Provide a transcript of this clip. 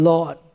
Lord